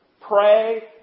Pray